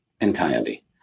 entirely